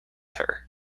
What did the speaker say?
her